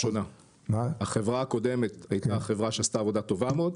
--- החברה הקודמת עשתה עבודה טובה מאוד.